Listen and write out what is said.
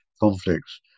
conflicts